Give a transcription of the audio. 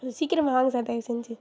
கொஞ்சம் சீக்கிரமாக வாங்க சார் தயவு செஞ்சு